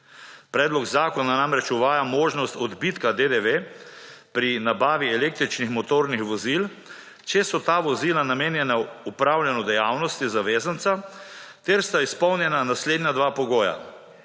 Predlog zakona namreč uvaja možnost odbitka DDV pri nabavi električnih motornih vozil, če so ta vozila namenjena upravljanju dejavnosti zavezanca ter sta izpolnjena naslednja dva pogoja.